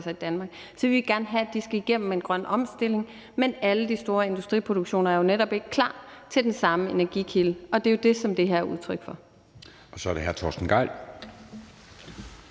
i Danmark. Så vil vi gerne have, at de skal igennem en grøn omstilling, men alle de store industriproduktioner er netop ikke klar til den samme energikilde, og det er jo det, som det her er udtryk for. Kl. 20:01 Anden næstformand